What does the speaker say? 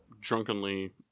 drunkenly